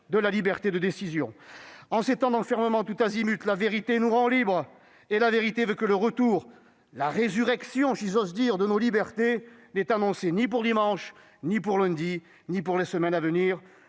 de la liberté de décision. En ces temps d'enfermement tous azimuts, la vérité nous rend libres. Or, à la vérité, le retour- la résurrection, si j'ose dire -de nos libertés n'est annoncé ni pour dimanche, ni pour lundi, ni pour les semaines à venir.